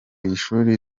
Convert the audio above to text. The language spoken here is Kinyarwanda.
ishuri